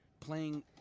playing